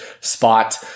spot